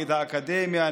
נגד האקדמיה,